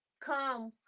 come